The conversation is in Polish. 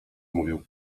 mówię